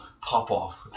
pop-off